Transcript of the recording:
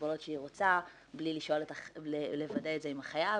הגבלות שהיא רוצה בלי לוודא את זה עם החייב,